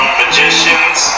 magicians